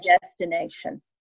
destination